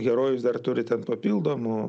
herojus dar turi ten papildomų